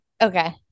Okay